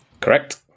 Correct